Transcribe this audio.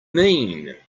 mean